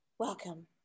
Welcome